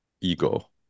ego